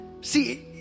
see